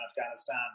Afghanistan